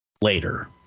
Later